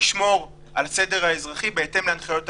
לשמור על הסדר האזרחי בהתאם להנחיות הממשלה,